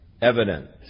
evidence